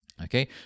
Okay